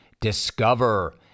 Discover